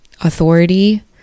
authority